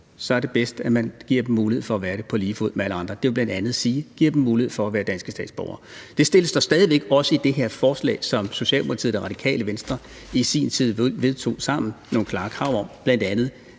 er det bedst, at man giver dem mulighed for at være det på lige fod med alle andre. Det vil bl.a. sige, at man giver dem mulighed for at være danske statsborgere. Der stilles stadig væk – ligesom i det forslag, som Socialdemokratiet og Det Radikale Venstre i sin tid vedtog sammen – nogle klare krav, bl.a.